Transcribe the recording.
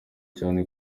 cyane